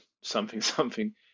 something-something